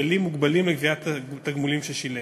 יש כלים מוגבלים לגביית תגמולים ששילם.